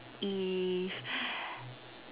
if